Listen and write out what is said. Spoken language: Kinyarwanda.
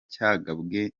cyagabwe